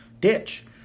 ditch